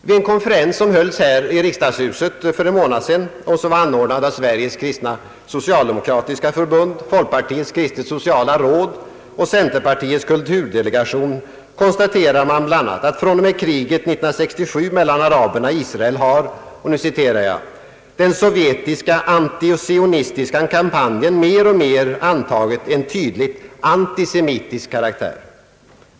Vid en konferens som hölls här i riksdagshuset för en månad sedan och som var anordnad av Sveriges kristna socialdemokratiska förbund, folkpartiets kristet-sociala råd och centerpar tiets kulturdelegation konstaterade man bl.a., att fr.o.m. kriget 1967 mellan araberna och Israel har »den sovjetiska antiosionistiska kampanjen mer och mer antagit en tydligt antisemitisk karaktär».